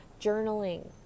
journaling